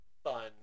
fun